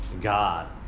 God